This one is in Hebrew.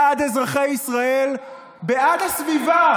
בעד אזרחי ישראל, בעד הסביבה.